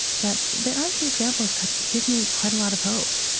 but there are a few examples that give me quite a lot of hope.